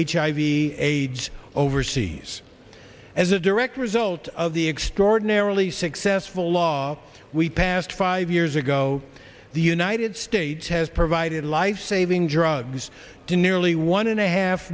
hiv aids overseas as a direct result of the extraordinarily successful law we passed five years ago the united states has provided lifesaving drugs to nearly one and a half